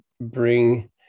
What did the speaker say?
bring